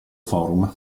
forum